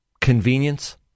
convenience